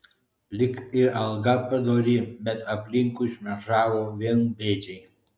lyg ir alga padori bet aplinkui šmėžavo vien bėdžiai